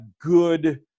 good